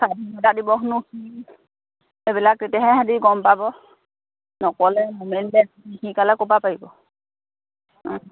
স্বাধীনতা দিৱসনো কি এইবিলাক তেতিয়াহে সিহঁতি গম পাব নক'লে নেমেলিলে নিশিকালে ক'ৰপৰা পাৰিব অঁ